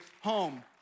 home